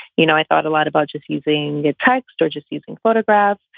you know, i thought a lot about just using text or just using photographs,